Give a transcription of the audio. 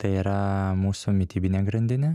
tai yra mūsų mitybinė grandinė